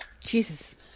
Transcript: jesus